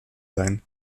sein